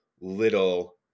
little